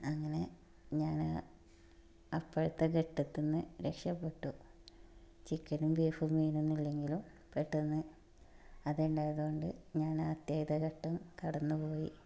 അങ്ങനെ ഞാൻ അപ്പോഴത്തെ ഗട്ടത്തിൽ നിന്ന് രക്ഷപ്പെട്ടു ചിക്കനും ബീഫും മീനും ഒന്നുമില്ലെങ്കിലും പെട്ടെന്നു അതുണ്ടായതു കൊണ്ട് ഞാനാ അത്യാഹിത ഘട്ടം കടന്നു പോയി